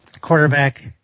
quarterback